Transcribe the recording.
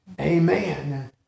Amen